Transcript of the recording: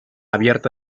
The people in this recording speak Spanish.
abierta